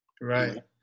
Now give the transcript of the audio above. Right